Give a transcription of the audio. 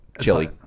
chili